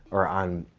or on.